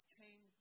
came